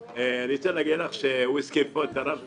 רוצה להגיד לך שהוא הזכיר פה את הרב